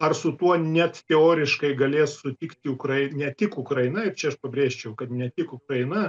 ar su tuo net teoriškai galės sutikti ukraine tik ukraina ir čia aš pabrėžčiau kad ne tik ukraina